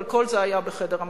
אבל כל זה היה בחדר המשא-ומתן.